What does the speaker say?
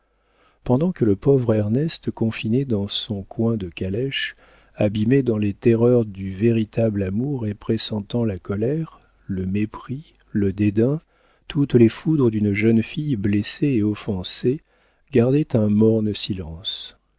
pendant que le pauvre ernest confiné dans son coin de calèche abîmé dans les terreurs du véritable amour et pressentant la colère le mépris le dédain toutes les foudres d'une jeune fille blessée et offensée gardait un morne silence